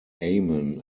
amen